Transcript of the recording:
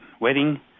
wedding